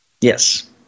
Yes